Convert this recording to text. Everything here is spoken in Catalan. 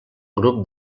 grup